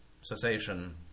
cessation